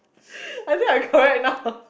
I think I correct now